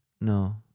No